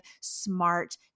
smart